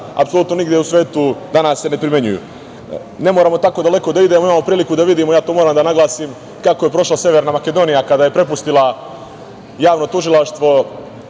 apsolutno u svetu danas se ne primenjuju. Ne moramo tako daleko da idemo. Imamo priliku da vidimo, to moram da naglasim, kako je prošla Severna Makedonija kada je prepustila javno tužilaštvo